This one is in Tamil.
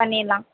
பண்ணிடலாம்